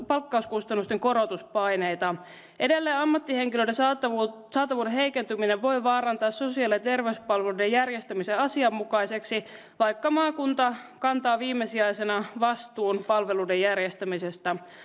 palkkauskustannusten korotuspaineita edelleen ammattihenkilöiden saatavuuden saatavuuden heikentyminen voi vaarantaa sosiaali ja terveyspalveluiden järjestämisen asianmukaiseksi vaikka maakunta kantaa viimesijaisena vastuun palveluiden järjestämisestä